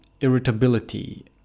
irritability